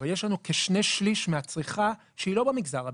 אבל יש לנו כשני-שליש מהצריכה שהיא לא במגזר הביתי,